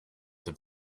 have